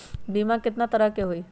बीमा केतना तरह के होइ?